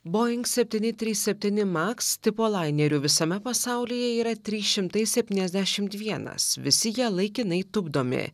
boeing septyni trys septyni maks tipo lainerių visame pasaulyje yra trys šimtai septyniasdešim vienas visi jie laikinai tupdomi